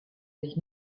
sich